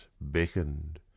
beckoned